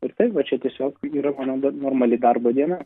ir taip va čia tiesiog yra mano normali darbo diena